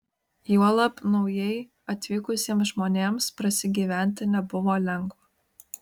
juolab naujai atvykusiems žmonėms prasigyventi nebuvo lengva